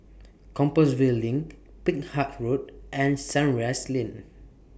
Compassvale LINK Peck Heart Road and Sunrise Lane